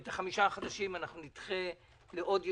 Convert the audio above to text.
ואת החמישה החדשים נדחה לעוד ישיבה.